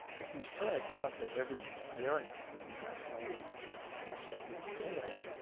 if you said we must have every variant when we didn't know you know how much that would entail,